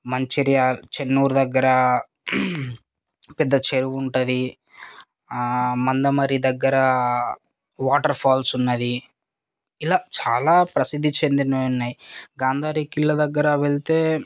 మంచిర్యాల చెన్నూరు దగ్గర పెద్ద చెరువు ఉంటుంది మందమరి దగ్గర వాటర్ఫాల్స్ ఉన్నది ఇలా చాలా ప్రసిద్ధి చెందినవి ఉన్నాయి గాంధారి కిల్లా దగ్గర వెళ్తే